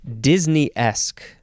Disney-esque